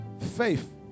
faith